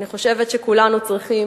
אני חושבת שכולנו צריכים